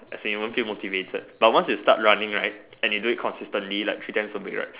as in you won't feel motivated but once you start running right and you do it consistently like three times a week right